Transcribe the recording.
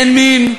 אין מין.